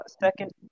Second